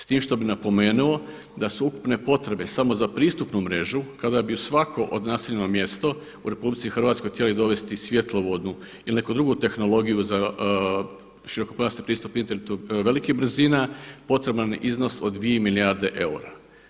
S tim što bi napomenuo da su ukupne potrebe samo za pristupnu mrežu kada bi svako … mjesto u RH htjeli dovesti svjetlovodnu ili neku drugu tehnologiju za širokopojasni pristup internetu velikih brzina potreban je iznos od 2 milijarde eura.